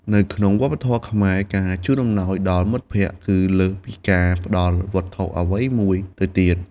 នៅក្នុងវប្បធម៌ខ្មែរ ការជូនអំណោយដល់មិត្តភក្តិគឺលើសពីការផ្ដល់វត្ថុអ្វីមួយទៅទៀត។